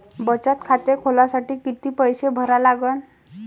बचत खाते खोलासाठी किती पैसे भरा लागन?